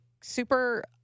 super